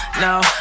No